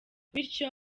bityo